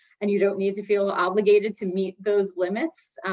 and you don't need to feel obligated to meet those limits.